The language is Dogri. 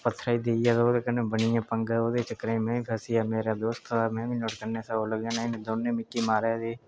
एह्दे बाद में तुसेंगी अपने बारै सनान्नां में दसमीं पास करियै अग्गै गेआ ञारमीं च